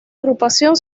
agrupación